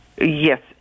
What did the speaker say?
Yes